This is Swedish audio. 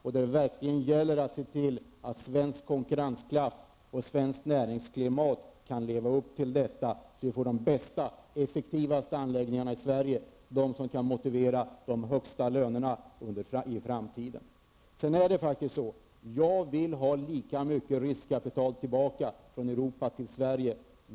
Det gäller verkligen att se till att svensk konkurrenskraft och svenskt näringsklimat kan leva upp till denna utmaning, så att vi får de bästa och effektivaste anläggningarna i Sverige, de som kan motivera de högsta lönerna i framtiden. Vidare är det faktiskt så att jag vill ha lika mycket riskkapital tillbaka till Sverige från Europa.